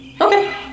Okay